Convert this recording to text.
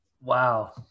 Wow